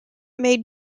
made